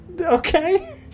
Okay